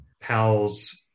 Pal's